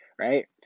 right